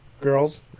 girls